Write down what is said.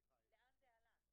השר אמר: